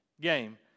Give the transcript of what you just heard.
game